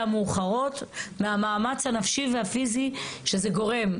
המאוחרות מהמאמץ הנפשי והפיזי שזה גורם.